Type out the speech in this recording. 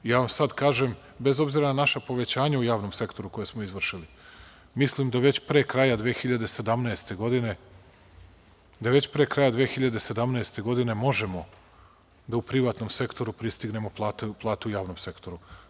Ja vam sad kažem, bez obzira na naša povećanja u javnom sektoru koja smo izvršili, mislim da već pre kraja 2017. godine možemo da u privatnom sektoru pristignemo plate u javnom sektoru.